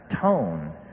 tone